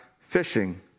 fishing